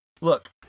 Look